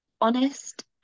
honest